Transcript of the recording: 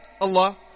Allah